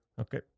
Okay